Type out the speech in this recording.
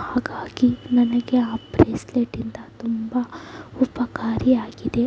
ಹಾಗಾಗಿ ನನಗೆ ಆ ಬ್ರೇಸ್ಲೇಟ್ ಇಂದ ತುಂಬ ಉಪಕಾರಿಯಾಗಿದೆ